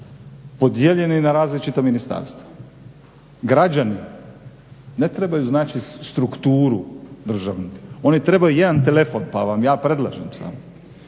podijeljeni na različita ministarstva. Građani ne trebaju znači strukturu državnu, oni trebaju jedan telefon. Pa vam ja predlažem samo.